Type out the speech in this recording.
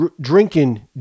drinking